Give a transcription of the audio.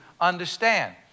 understand